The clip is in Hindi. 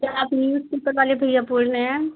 क्या आप न्यूज़पेपर वाले भैया बोल रहे हैं